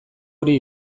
hori